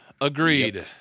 Agreed